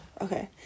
Okay